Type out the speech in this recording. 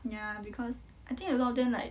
ya because I think a lot of them like